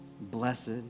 blessed